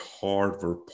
hardware